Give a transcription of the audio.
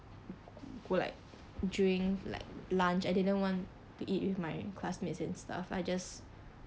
go like drink like lunch I didn't want to eat with my classmates and stuff I just